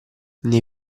nei